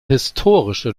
historische